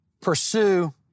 pursue